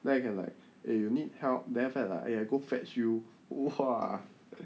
then I can like eh you need help then after that like I go fetch you !wah!